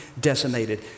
decimated